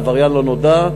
עבריין לא נודע.